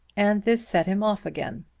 and this set him off again.